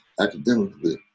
academically